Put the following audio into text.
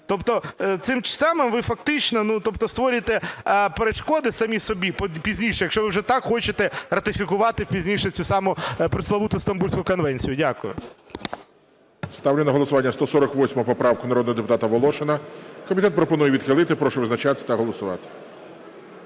Тобто цим самим ви фактично створюєте перешкоди самі собі пізніше, якщо ви вже так хочете ратифікувати пізніше цю саму преславуту Стамбульську конвенцію. Дякую.